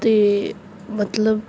ਅਤੇ ਮਤਲਬ